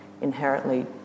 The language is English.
inherently